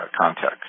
context